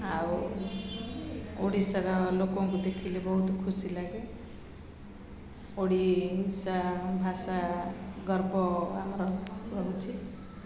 ଆଉ ଓଡ଼ିଶାର ଲୋକଙ୍କୁ ଦେଖିଲେ ବହୁତ ଖୁସି ଲାଗେ ଓଡ଼ିଶା ଭାଷା ଗର୍ବ ଆମର ରହୁଛି